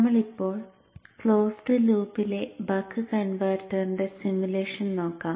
നമ്മൾ ഇപ്പോൾ ക്ലോസ്ഡ് ലൂപ്പിലെ ബക്ക് കൺവെർട്ടറിന്റെ സിമുലേഷൻ നോക്കാം